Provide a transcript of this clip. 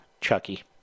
Chucky